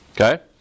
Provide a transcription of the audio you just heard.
Okay